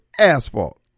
asphalt